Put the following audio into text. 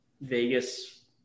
Vegas